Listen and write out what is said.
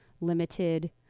Limited